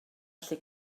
allu